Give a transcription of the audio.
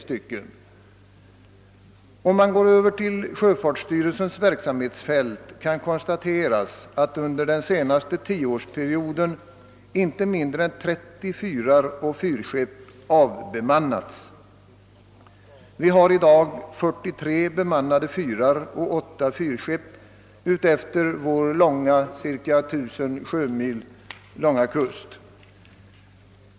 Och om vi går över till sjöfartsstyrelsens verksamhetsfält kan vi konstatera, att under den senaste tioårsperioden inte mindre än 30 fyrar och fyrskepp avbemannats. I dag finns det 43 bemannade fyrar och 8 fyrskepp utefter vår cirka 1000 sjömil långa kust.